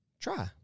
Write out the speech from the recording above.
try